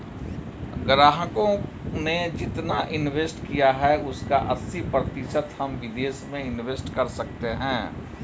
ग्राहकों ने जितना इंवेस्ट किया है उसका अस्सी प्रतिशत हम विदेश में इंवेस्ट कर सकते हैं